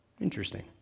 Interesting